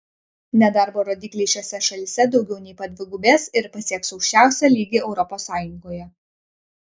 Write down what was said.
nedarbo rodikliai šiose šalyse daugiau nei padvigubės ir pasieks aukščiausią lygį europos sąjungoje